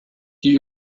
die